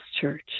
church